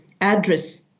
address